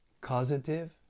causative